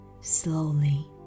slowly